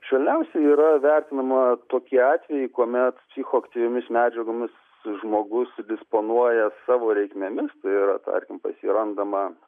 švelniausiai yra vertinama tokie atvejai kuomet psichoaktyviomis medžiagomis žmogus disponuoja savo reikmėmis tai yra tarkim pas jį randama